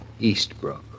Eastbrook